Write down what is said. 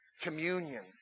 Communion